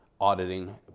auditing